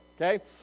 okay